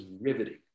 riveting